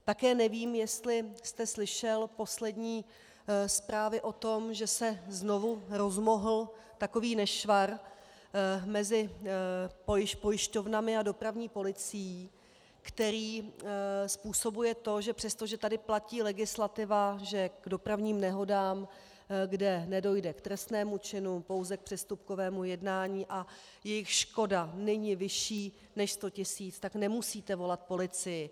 Také nevím, jestli jste slyšel poslední zprávy o tom, že se znovu rozmohl takový nešvar mezi pojišťovnami a dopravní policií, který způsobuje to, že přestože tady platí legislativa, že k dopravním nehodám, kde nedojde k trestnému činu, pouze k přestupkovému jednání a jejichž škoda není vyšší než 100 tisíc, nemusíte volat policii.